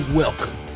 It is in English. welcome